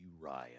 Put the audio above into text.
Uriah